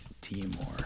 Timor